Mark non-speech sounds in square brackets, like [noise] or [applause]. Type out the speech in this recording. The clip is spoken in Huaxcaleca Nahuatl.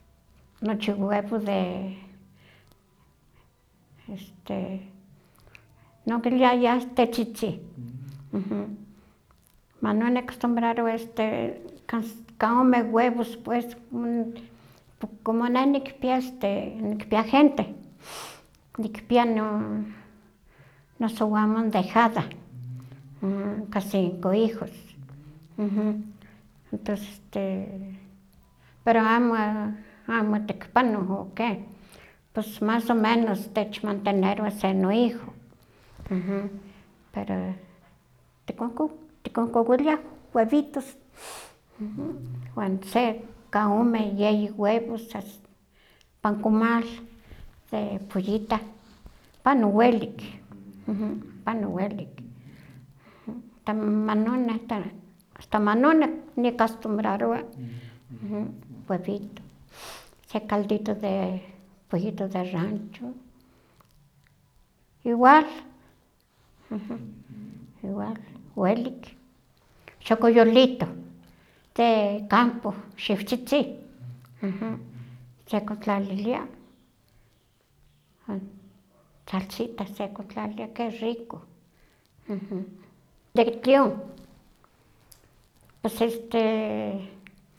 Nochi webo de este non kiliayah este tetzitzi, [hesitation] manon nacostumbrarowa este ka- kaome webos pues, como ne nikpia este nikpia gente, [noise] nikpia no nosowamon dejada, [hesitation] ka cinco hijos, [hesitation] entos este pero amo amo tekipano o ke, pos mas o menos tech mantenerowa se no hijo, [hesitation] pero tikonko- tikonkokoliah webitos, [noise] wan se ka ome yeyi webos ast- pan komal de ollita, pano welik [hesitation] tam- manon- asta manon niacostumbrarowa webito, se caldito de pollito de rancho igual [hesitation] igual welik, xokoyolitoh, de campo, xiwtzitzih, sekontlalilia, wan salsita sekontlalilia qué rico, [hesitation] de kion pues este.